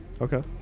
Okay